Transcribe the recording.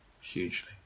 hugely